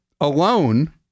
alone